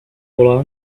poland